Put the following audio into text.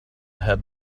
had